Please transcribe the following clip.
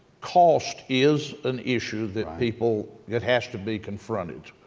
cost is an issue that people that has to be confronted.